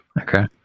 Okay